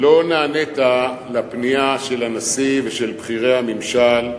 לא נענית לפנייה של הנשיא ושל בכירי הממשל?